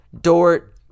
Dort